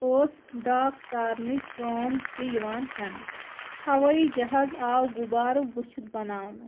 ٲسۍ ڈاک سارنٕچ کٲم تہِ یِوان ہیٚنہٕ ہوٲیی جَہازٕ آو غُبارٕ وٕچھِتھ بَناونہٕ